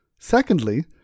Secondly